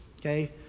okay